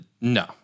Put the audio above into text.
No